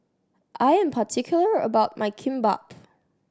I am particular about my Kimbap